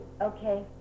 Okay